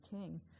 King